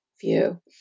view